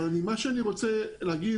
אבל מה שאני רוצה להגיד,